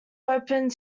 opened